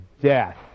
death